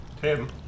Tim